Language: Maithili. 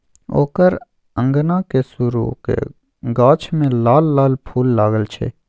ओकर अंगनाक सुरू क गाछ मे लाल लाल फूल लागल छै